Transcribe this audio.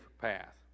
path